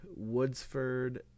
Woodsford